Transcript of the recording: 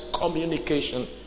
communication